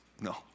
No